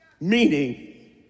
Meaning